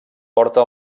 porta